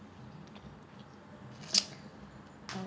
oh